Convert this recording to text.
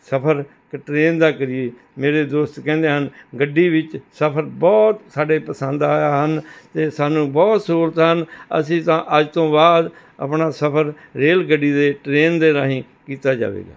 ਸਫ਼ਰ ਕਿ ਟ੍ਰੇਨ ਦਾ ਕਰੀਏ ਮੇਰੇ ਦੋਸਤ ਕਹਿੰਦੇ ਹਨ ਗੱਡੀ ਵਿੱਚ ਸਫਰ ਬਹੁਤ ਸਾਡੇ ਪਸੰਦ ਆਇਆ ਹਨ ਅਤੇ ਸਾਨੂੰ ਬਹੁਤ ਸਹੂਲਤ ਹਨ ਅਸੀਂ ਤਾਂ ਅੱਜ ਤੋਂ ਬਾਅਦ ਆਪਣਾ ਸਫਰ ਰੇਲ ਗੱਡੀ ਦੇ ਟ੍ਰੇਨ ਦੇ ਰਾਹੀਂ ਕੀਤਾ ਜਾਵੇਗਾ